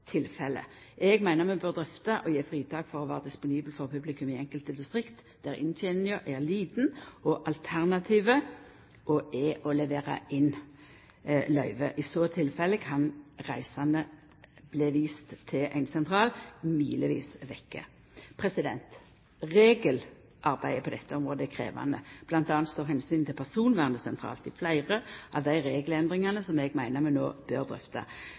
publikum i einskilde distrikt der innteninga er lita og alternativet er å levera inn løyvet. I så tilfelle kan reisande bli viste til ein sentral milevis vekke. Regelarbeidet på dette området er krevjande; m.a. står omsynet til personvernet sentralt i fleire av dei regelendringane som eg meiner vi no bør